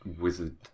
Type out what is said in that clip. wizard